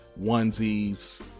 onesies